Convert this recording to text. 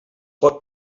pot